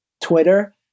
Twitter